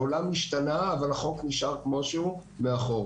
העולם השתנה אבל החוק נשאר כמו שהוא מאחור.